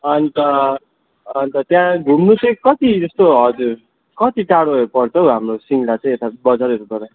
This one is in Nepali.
अन्त अन्त त्यहाँ घुम्नु चाहिँ कति जस्तो हजुर कति टाढोहरू पर्छ हौ हाम्रो सिङ्गला चाहिँ यता बजारहरूबाट